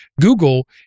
Google